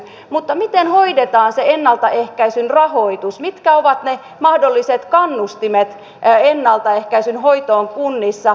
mutta miten hoidetaan se ennaltaehkäisyn rahoitus mitkä ovat ne mahdolliset kannustimet ennaltaehkäisyn hoitoon kunnissa